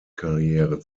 karriere